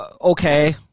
okay